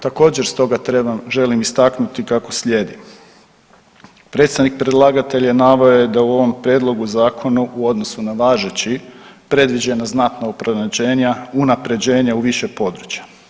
Također stoga trebam, želim istaknuti kako slijedi: Predstavnik Predlagatelja naveo je da u ovom Prijedlogu zakona u odnosu na važeći, predviđena znatna unapređenja u više područja.